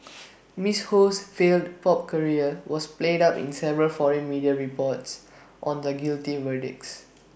miss Ho's failed pop career was played up in several foreign media reports on the guilty verdicts